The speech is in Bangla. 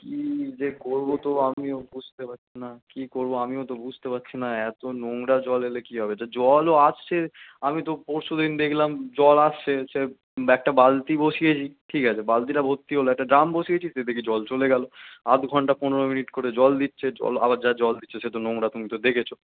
কী যে করবো তো আমিও বুঝতে পারছি না কী করবো আমিও তো বুঝতে পারছি না এতো নোংরা জল এলে কী হবে তা জলও আসছে আমি তো পরশু দিন দেখলাম জল আসছে সে একটা বালতি বসিয়েছি ঠিক আছে বালতিটা ভর্তি হলো একটা ড্রাম বসিয়েছি সে দেখি জল চলে গেলো আধ ঘন্টা পনেরো মিনিট করে জল দিচ্ছে জল আবার যা জল দিচ্ছে সে তো নোংরা তুমি তো দেখেছো